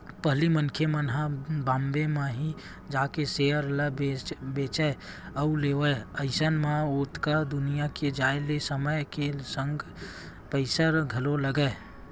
पहिली मनखे मन ह बॉम्बे म ही जाके सेयर ल बेंचय अउ लेवय अइसन म ओतका दूरिहा के जाय ले समय के संग पइसा घलोक लगय